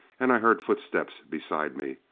and i heard footsteps beside me.